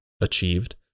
achieved